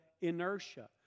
inertia